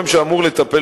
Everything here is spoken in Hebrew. תקנות